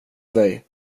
dig